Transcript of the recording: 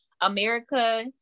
America